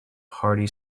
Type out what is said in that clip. hearty